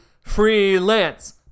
Freelance